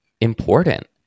important